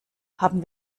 haben